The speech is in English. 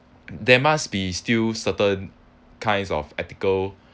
there must be still certain kinds of ethical